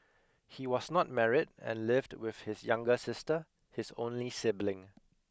he was not married and lived with his younger sister his only sibling